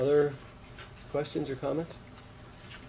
other questions or comments